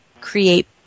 create